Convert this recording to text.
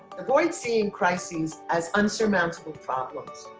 avoid seeing crises as unsurmountable problems.